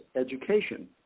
education